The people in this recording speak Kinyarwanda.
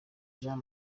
jean